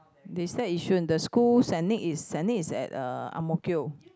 they stay at yishun the school sending is sending is at uh ang mo kio